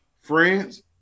France